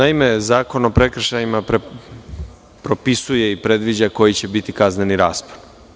Naime, Zakon o prekršajima propisuje i predviđa koji će biti kazneni raspon.